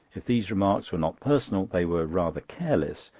if these remarks were not personal they were rather careless,